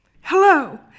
Hello